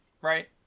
right